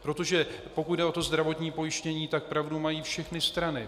Protože pokud jde o to zdravotní pojištění, tak pravdu mají všechny strany.